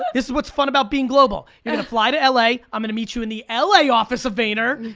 this is what's fun about being global. you're gonna fly to la, i'm gonna meet you in the la office of vayner,